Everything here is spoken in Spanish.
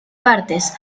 partes